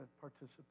participate